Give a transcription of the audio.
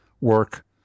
work